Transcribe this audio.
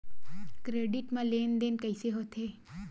Credit मा लेन देन कइसे होथे?